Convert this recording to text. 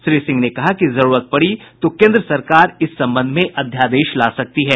श्री सिंह ने कहा कि जरूरत पड़ी तो केन्द्र सरकार इस संबंध में अध्यादेश ला सकती है